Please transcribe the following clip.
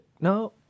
No